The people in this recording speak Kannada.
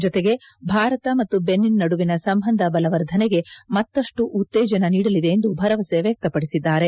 ಜತೆಗೆ ಭಾರತ ಮತ್ತು ಬೆನಿನ್ ನಡುವಿನ ಸಂಬಂಧ ಬಲವರ್ಧನೆಗೆ ಮತ್ತಷ್ಟು ಉತ್ತೇಜನ ನೀಡಲಿದೆ ಎಂದು ಭರವಸೆ ವ್ಯಕ್ತಪಡಿಸಿದ್ದಾರೆ